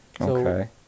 Okay